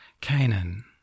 Canaan